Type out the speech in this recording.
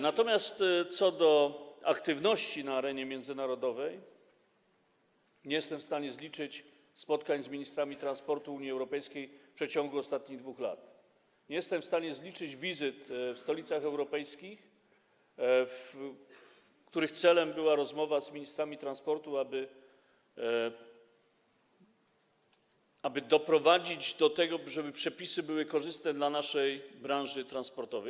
Natomiast co do aktywności na arenie międzynarodowej nie jestem w stanie zliczyć spotkań z ministrami transportu Unii Europejskiej w przeciągu ostatnich 2 lat, nie jestem w stanie zliczyć wizyt w stolicach europejskich, których celem była rozmowa z ministrami transportu, aby doprowadzić do tego, żeby przepisy były korzystne dla naszej branży transportowej.